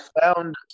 found